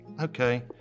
okay